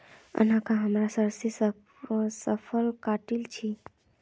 अखना हमरा सरसोंर फसल काटील छि